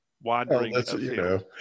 wandering